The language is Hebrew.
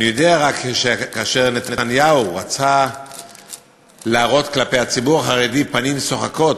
אני יודע רק שכאשר נתניהו רצה להראות כלפי הציבור החרדי פנים צוחקות,